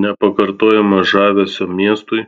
nepakartojamo žavesio miestui